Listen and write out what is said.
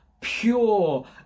pure